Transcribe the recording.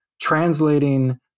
translating